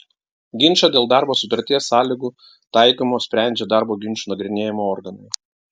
ginčą dėl darbo sutarties sąlygų taikymo sprendžia darbo ginčų nagrinėjimo organai